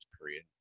period